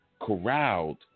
corralled